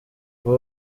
kuba